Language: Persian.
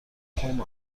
پام